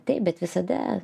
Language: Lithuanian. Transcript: taip bet visada